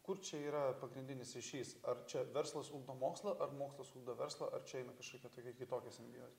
kur čia yra pagrindinis ryšys ar čia verslas ugdo mokslą ar mokslas ugdo verslą ar čia eina kažkokia tokia kitokia simbioz